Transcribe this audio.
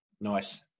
Nice